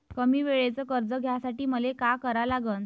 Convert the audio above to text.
कमी वेळेचं कर्ज घ्यासाठी मले का करा लागन?